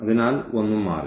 അതിനാൽ ഒന്നും മാറില്ല